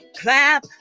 clap